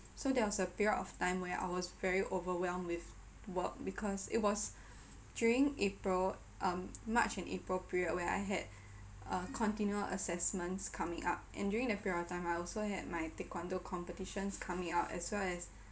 so there was a period of time where I was very overwhelmed with work because it was during april um march and april period where I had uh continual assessments coming up and during the period of time I also had my taekwondo competitions coming up as well as